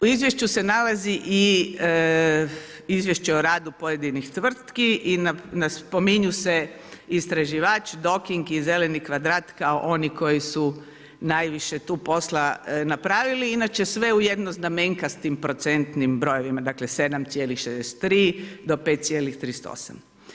U izvješću se nalazi i izvješće o radu pojedinih tvrtki i spominju se istraživač DOK-ING i zeleni kvadrat kao oni koji su najviše tu posla napravili, inače sve u jednoznamenkastim procentnim brojevima, dakle 7,63 do 5,38.